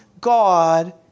God